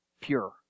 pure